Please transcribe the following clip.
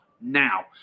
now